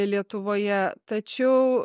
lietuvoje tačiau